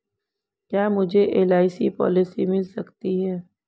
क्या मुझे LIC policy मिल सकती है?